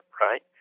right